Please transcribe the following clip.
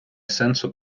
сенсу